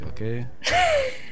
okay